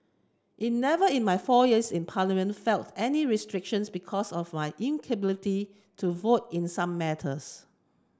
in never in my four years in Parliament felt any restrictions because of my inability to vote in some matters